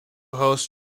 host